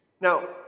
Now